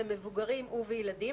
במבוגרים ובילדים".